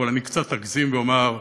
אבל קצת אגזים ואומר: